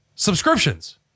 Subscriptions